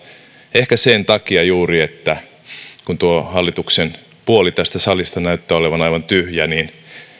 ehkä sen takia juuri että tuo hallituksen puoli tästä salista näyttää olevan aivan tyhjä tai